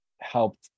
helped